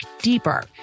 deeper